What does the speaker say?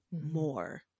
more